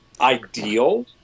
ideal